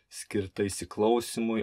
skirta įsiklausymui